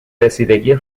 رسیدگی